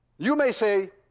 you may say,